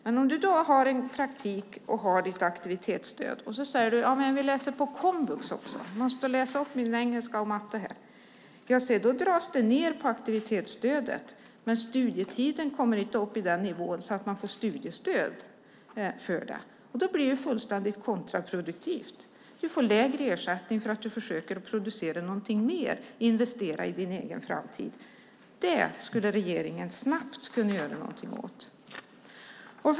Men om du har en praktikplats och har ditt aktivitetsstöd och vill läsa på komvux för att till exempel läsa upp engelskan och matten, ja, då dras aktivitetsstödet ned men studietiden kommer inte upp i den nivå som gör att man kan få studiestöd. Det blir fullständigt kontraproduktivt. Du får lägre ersättning för att du försöker producera någonting mer och investera i din egen framtid. Det skulle regeringen snabbt kunna göra någonting åt.